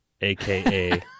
aka